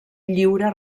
lliure